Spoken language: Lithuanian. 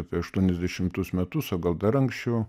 apie aštuoniasdešimtus metus o gal dar anksčiau